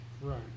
Right